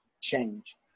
change